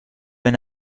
eine